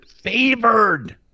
favored